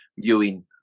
viewing